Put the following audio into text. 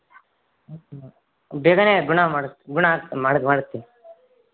ಬೇಗನೆ ಗುಣ ಮಾಡಸ್ ಗುಣ ಮಾಡ್ ಮಾಡಿಸ್ತೀನಿ